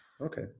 Okay